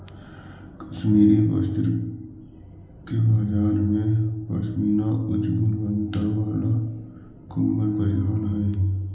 कश्मीरी वस्त्र के बाजार में पशमीना उच्च गुणवत्ता वाला कोमल परिधान हइ